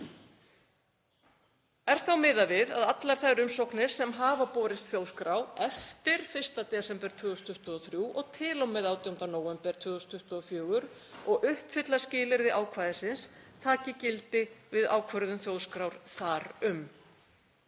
Er þá miðað við að allar þær umsóknir sem hafa borist þjóðskrá eftir 1. desember 2023 til og með 18. nóvember 2024 og uppfylla skilyrði ákvæðisins taki gildi við ákvörðun þjóðskrár þar um.